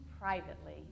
privately